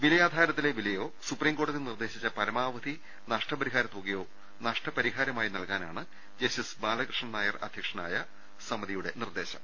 വിലയാധാരത്തിലെ വിലയോ സുപ്രീം കോടതി നിർദ്ദേശിച്ച പരമാവധി നഷ്ടപരിഹാരത്തുകയോ നഷ്ടപരിഹാരമായി നൽകാനാണ് ജസ്റ്റിസ് ബാലകൃഷ്ണൻ നായർ അധ്യക്ഷനായ സമിതിയുടെ നിർദ്ദേശം